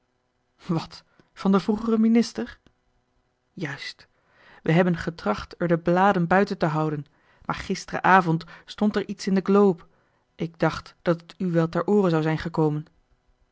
wat van den vroegeren minister juist wij hebben getracht er de bladen buiten te houden maar gisteren avond stond er iets in de globe ik dacht dat het u wel ter oore zou zijn gekomen